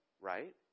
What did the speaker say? right